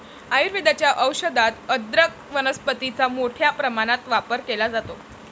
आयुर्वेदाच्या औषधात अदरक वनस्पतीचा मोठ्या प्रमाणात वापर केला जातो